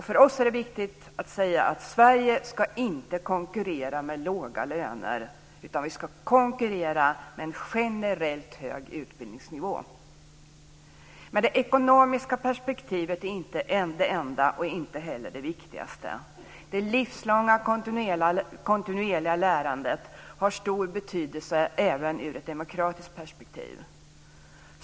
För oss är det viktigt att säga att Sverige inte ska konkurrera med låga löner utan med en generellt hög utbildningsnivå. Men det ekonomiska perspektivet är inte det enda och inte heller det viktigaste. Det livslånga kontinuerliga lärandet har stor betydelse även ur ett demokratiskt perspektiv.